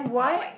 not like me